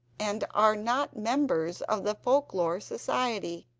and are not members of the folk lore society,